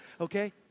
okay